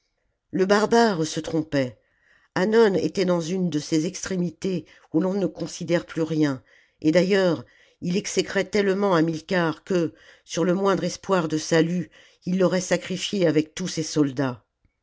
le barbare se trompait hannon était dans une de ces extrémités où l'on ne considère plus rien et d'ailleurs il exécrait tellement hamilcar que sur le moindre espoir de salut il l'aurait sacrifié avec tous ses soldats